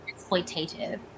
exploitative